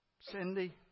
Cindy